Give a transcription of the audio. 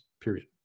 period